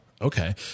Okay